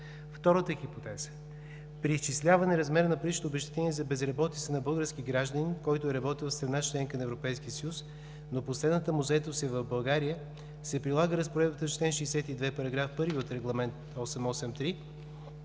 Втората хипотеза. При изчисляване размера на паричното обезщетение за безработица на български гражданин, който е работил в страна – членка на Европейския съюз, но последната му заетост е в България, се прилага разпоредбата на чл. 62, § 1 от Регламент 883.